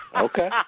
Okay